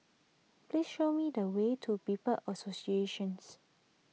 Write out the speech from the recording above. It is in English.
please show me the way to People's Associations